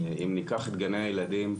אם ניקח את גני הילדים,